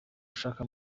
ashaka